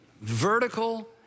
Vertical